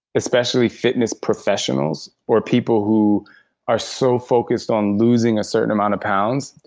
especially fitness professionals or people who are so focused on losing a certain amount of pounds,